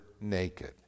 naked